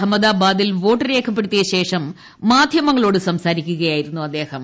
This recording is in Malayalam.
അഹമ്മദാബാദിൽ വോട്ട് രേഖപ്പെടുത്തിയ ശേഷം മാധ്യമങ്ങളോട് സംസാരിക്കുകയായിരുന്നു അദ്ദേഹം